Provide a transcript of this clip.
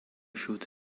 shoot